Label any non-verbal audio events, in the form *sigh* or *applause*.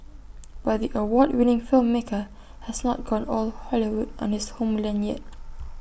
*noise* but the award winning filmmaker has not gone all Hollywood on his homeland yet